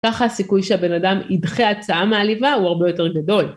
ככה הסיכוי שהבן אדם ידחה הצעה מעליבה הוא הרבה יותר גדול.